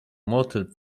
motyl